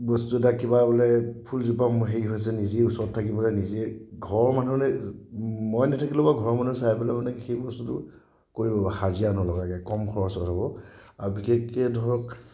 বস্তু এটা কিবা বোলে ফুলজোপা মোৰ হেৰি হৈছে নিজে ওচৰত থাকি পেলাই নিজে ঘৰৰ মানুহে মই নেথাকিলেও বাৰু ঘৰৰ মানুহে চাই পেলাই মানে সেই বস্তুটো কৰিব পাৰে হাজিৰা নলগাকে কম খৰচত হ'ব আৰু বিশেষকৈ ধৰক